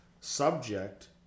subject